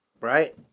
Right